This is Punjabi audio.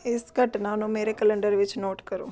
ਇਸ ਘਟਨਾ ਨੂੰ ਮੇਰੇ ਕੈਲੰਡਰ ਵਿੱਚ ਨੋਟ ਕਰੋ